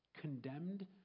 condemned